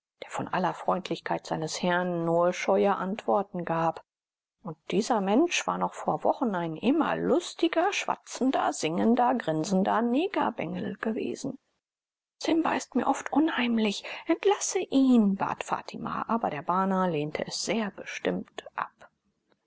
der bei allen freundlichkeiten seines herrn nur scheue antworten gab und dieser mensch war noch vor wochen ein immer lustiger schwatzender singender grinsender negerbengel gewesen simba ist mir oft unheimlich entlasse ihn bat fatima aber der bana lehnte es sehr bestimmt ab